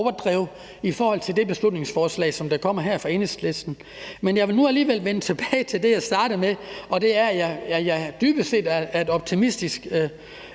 overdrev i det beslutningsforslag, der kommer her fra Enhedslisten, men jeg vil nu alligevel vende tilbage til det, jeg startede med at sige, og det er, at jeg dybest set er en optimistisk